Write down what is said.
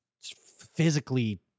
physically